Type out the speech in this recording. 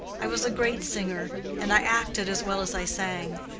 i was a great singer, and i acted as well as i sang.